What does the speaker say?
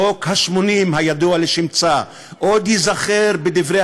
חוק ה-80 הידוע לשמצה עוד ייזכר בדברי